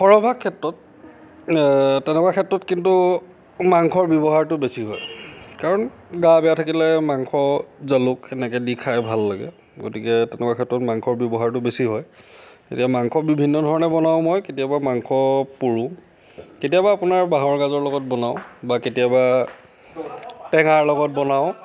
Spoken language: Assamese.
সৰহভাগ ক্ষেত্ৰত তেনেকুৱা ক্ষেত্ৰত কিন্তু মাংসৰ ব্যৱহাৰটো কিন্তু বেছি হয় কাৰণ গা বেয়া থাকিলে মাংস জালুক এনকৈ দি খাই ভাল লাগে গতিকে তেনেকুৱা ক্ষেত্ৰত মাংসৰ ব্যৱহাৰটো বেছি হয় এতিয়া মাংস বিভিন্ন ধৰণে বনাওঁ মই কেতিয়াবা মাংস পুৰো কেতিয়াবা আপোনাৰ বাঁহৰ গাজৰ লগত বনাওঁ বা কেতিয়াবা টেঙাৰ লগত বনাওঁ